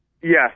Yes